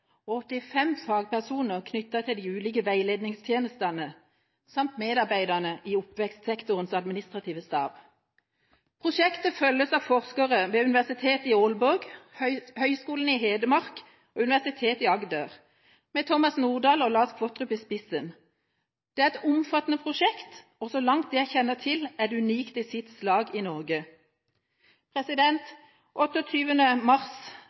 85 fagpersoner knyttet til de ulike veiledningstjenestene, samt medarbeiderne fra oppvekstsektorens administrative stab. Prosjektet følges av forskere fra Universitetet i Ålborg, Høgskolen i Hedmark og Universitetet i Agder, med Thomas Nordahl og Lars Qvortrup i spissen. Det er et omfattende prosjekt, og så langt jeg kjenner til, er det unikt i sitt slag i Norge. Den 28. mars